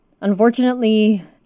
Unfortunately